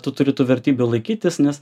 tu turi tų vertybių laikytis nes